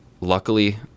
luckily